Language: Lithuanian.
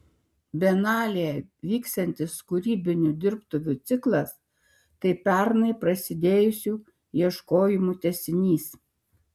bienalėje vyksiantis kūrybinių dirbtuvių ciklas tai pernai prasidėjusių ieškojimų tęsinys